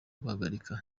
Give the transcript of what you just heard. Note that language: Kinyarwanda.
guhagarika